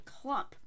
clump